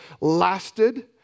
lasted